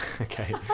okay